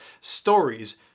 stories